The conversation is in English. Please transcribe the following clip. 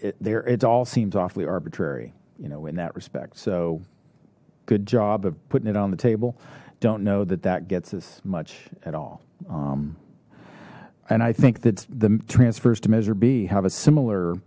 it there it's all seems awfully arbitrary you know in that respect so good job of putting it on the table don't know that that gets as much at all and i think that the transfers to measure b have a similar